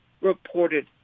reported